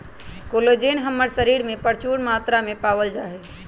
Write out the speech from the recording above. collagen हमर शरीर में परचून मात्रा में पावल जा हई